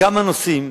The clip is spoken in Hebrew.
בכמה נושאים,